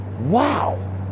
wow